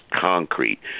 concrete